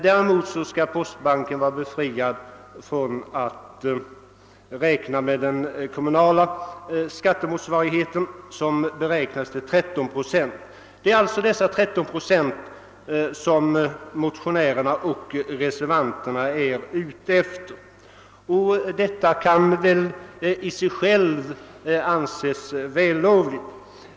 Däremot skall postbanken vara befriad från den kommunala skattemotsvarigheten, som beräknas till 13 procent. Det är alltså dessa 13 procent som motionärerna och reservanterna är ute efter, vilket väl i och för sig kan anses vällovligt.